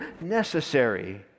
necessary